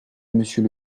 monsieur